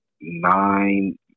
Nine